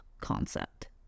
concept